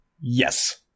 Yes